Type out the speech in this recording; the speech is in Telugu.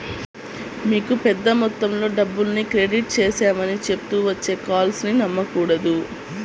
మీకు పెద్ద మొత్తంలో డబ్బుల్ని క్రెడిట్ చేశామని చెప్తూ వచ్చే కాల్స్ ని నమ్మకూడదు